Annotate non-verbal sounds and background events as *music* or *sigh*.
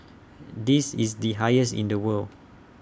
*noise* this is the highest in the world